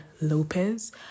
Lopez